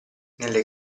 nelle